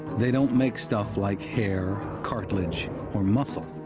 they don't make stuff like hair, cartilage or muscle,